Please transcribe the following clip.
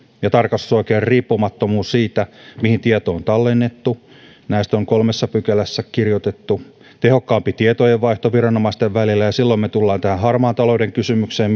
ja tarkastusoikeuden riippumattomuus siitä mihin tieto on tallennettu näistä on kolmessa pykälässä kirjoitettu tehokkaampi tietojenvaihto viranomaisten välillä silloin me tulemme tähän harmaan talouden kysymykseen